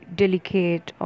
delicate